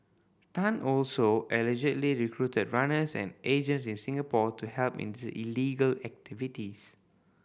Tan also allegedly recruited runners and agents in Singapore to help in these illegal activities